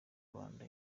rwanda